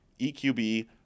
EQB